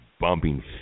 bumping